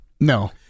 No